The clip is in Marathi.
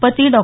पती डॉ